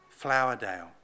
Flowerdale